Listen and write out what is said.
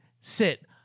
sit